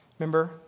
Remember